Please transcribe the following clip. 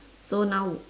so now